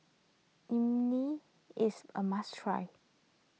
Imoni is a must try